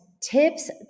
tips